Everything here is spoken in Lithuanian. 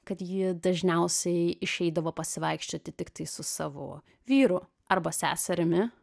kad ji dažniausiai išeidavo pasivaikščioti tiktai su savo vyru arba seserimi